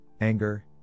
anger